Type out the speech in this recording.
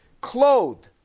clothed